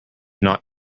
not